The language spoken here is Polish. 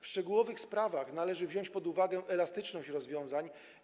W szczegółowych sprawach należy wziąć pod uwagę elastyczność rozwiązań.